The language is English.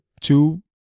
two